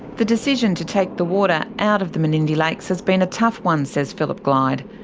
the decision to take the water out of the menindee lakes has been a tough one, says philip glyde.